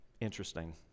interesting